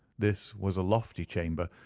this was a lofty chamber,